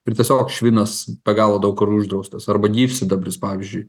ir tiesiog švinas be galo daug kur uždraustas arba gyvsidabris pavyzdžiui